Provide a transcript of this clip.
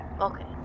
okay